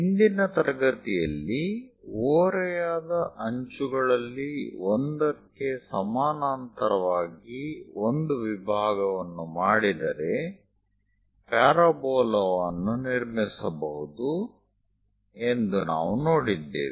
ಹಿಂದಿನ ತರಗತಿಯಲ್ಲಿ ಓರೆಯಾದ ಅಂಚುಗಳಲ್ಲಿ ಒಂದಕ್ಕೆ ಸಮಾನಾಂತರವಾಗಿ ಒಂದು ವಿಭಾಗವನ್ನು ಮಾಡಿದರೆ ಪ್ಯಾರಾಬೋಲಾವನ್ನು ನಿರ್ಮಿಸಬಹುದು ಎಂದು ನಾವು ನೋಡಿದ್ದೇವೆ